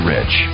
Rich